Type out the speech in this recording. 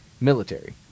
military